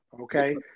Okay